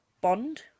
Bond